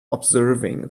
observing